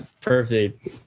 perfect